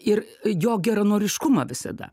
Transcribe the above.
ir jo geranoriškumą visada